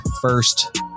first